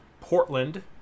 Portland